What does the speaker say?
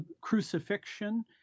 crucifixion